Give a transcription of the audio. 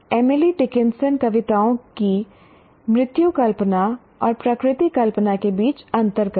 Emily Dickinson कविताओं की मृत्यु कल्पना और प्रकृति कल्पना के बीच अंतर करें